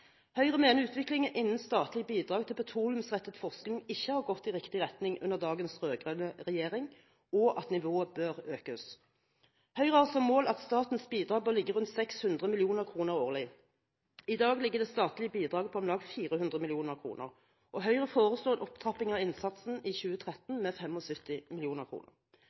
Høyre mener utviklingen innen statlige bidrag til petroleumsrettet forskning ikke har gått i riktig retning under dagens rød-grønne regjering, og at nivået bør økes. Høyre har som mål at statens bidrag bør ligge rundt 600 mill. kr årlig. I dag ligger det statlige bidraget på om lag 400 mill. kr, og Høyre foreslår en opptrapping av innsatsen i 2013 med